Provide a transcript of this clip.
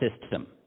system